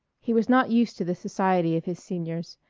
he was not used to the society of his seniors,